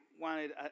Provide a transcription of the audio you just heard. wanted